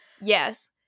yes